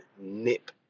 nip